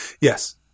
Yes